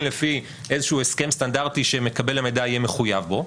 לפי איזשהו הסכם סטנדרטי שמקבל המידע יהיה מחויב בו,